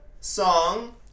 song